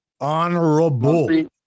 Honorable